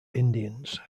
indians